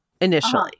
initially